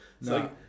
No